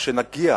כשנגיע,